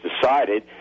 decided